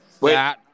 Wait